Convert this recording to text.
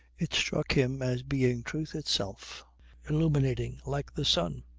it struck him as being truth itself illuminating like the sun.